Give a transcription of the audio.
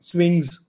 Swings